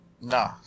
No